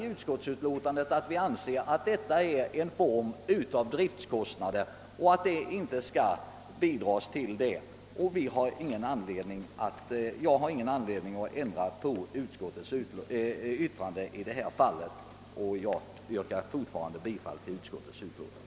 I utskottsutlåtandet framhålles, att detta är en form av driftskostnader och att det därför inte bör lämnas något bidrag. Jag har ingen anledning att gå ifrån utskottets uttalande på den punkten, och jag vidhåller mitt yrkande om bifall till utskottets hemställan.